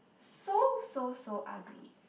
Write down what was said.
so so so ugly